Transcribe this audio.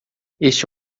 este